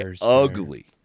ugly